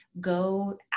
Go